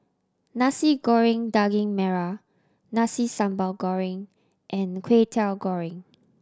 Nasi Goreng Daging Merah Nasi Sambal Goreng and Kway Teow Goreng